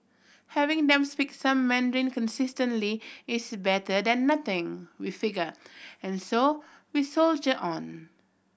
having them speak some Mandarin consistently is better than nothing we figure and so we soldier on